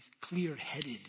clear-headed